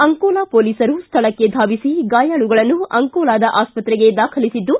ಅಂಕೋಲಾ ಪೋಲಿಸರು ಸ್ಥಳಕ್ಕೆ ಧಾವಿಸಿ ಗಾಯಾಳುಗಳನ್ನು ಅಂಕೋಲಾದ ಆಸ್ಪತ್ತೆಗೆ ತಂದು ದಾಖಲಿಸಿದ್ದು